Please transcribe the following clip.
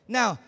Now